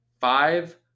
five